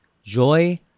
Joy